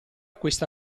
questa